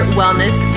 wellness